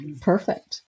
Perfect